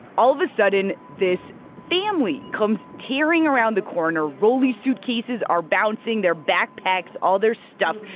all of a sudden, this family comes tearing around the corner. rolly suitcases are bouncing, their backpacks, all their stuff.